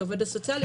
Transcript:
את העובד הסוציאלי,